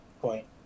point